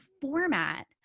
format